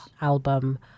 album